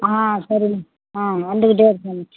ஆ சரிங்க ஆ வந்துக்கிட்டே இருக்கோம்